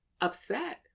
upset